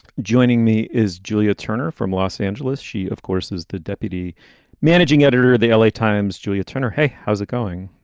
joining me is julia turner from los angeles. she, of course, is the deputy managing editor of the l a. times, julia turner. hey, how's it going?